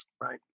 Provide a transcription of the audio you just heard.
Right